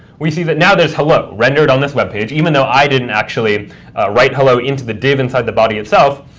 we see that now there's hello rendered on this web page, even though i didn't actually write hello into the div inside the body itself.